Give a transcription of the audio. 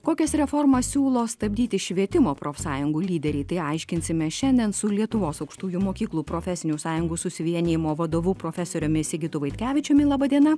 kokias reformas siūlo stabdyti švietimo profsąjungų lyderiai tai aiškinsime šiandien su lietuvos aukštųjų mokyklų profesinių sąjungų susivienijimo vadovu profesoriumi sigitu vaitkevičiumi laba diena